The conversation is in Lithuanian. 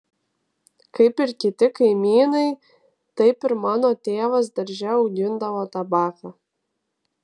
kaip ir kiti kaimynai taip ir mano tėvas darže augindavo tabaką